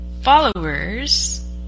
followers